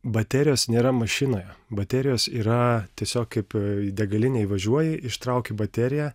baterijos nėra mašinoje baterijos yra tiesiog kaip į degalinę įvažiuoja ištrauki bateriją